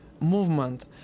movement